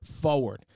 forward